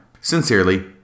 Sincerely